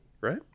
right